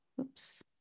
Oops